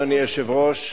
אדוני היושב-ראש,